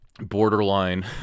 borderline